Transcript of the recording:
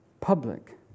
public